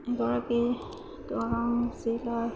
এগৰাকী দৰং জিলাৰ